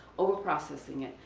over processing it,